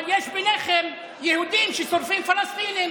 אבל יש ביניכם יהודים ששורפים פלסטינים,